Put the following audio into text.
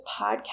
podcast